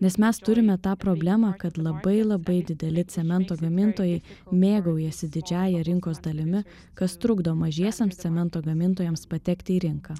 nes mes turime tą problemą kad labai labai dideli cemento gamintojai mėgaujasi didžiąja rinkos dalimi kas trukdo mažiesiems cemento gamintojams patekti į rinką